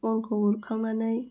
अनखौ हरखांनानै